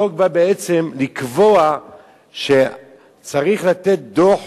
החוק בא בעצם לקבוע שצריך לתת דוח